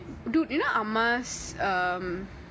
dude you know ah ma's um